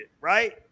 Right